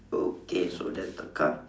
okay so that's the car